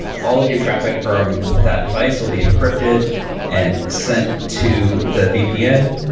all of your traffic from that device will be encrypted and sent to the vpn.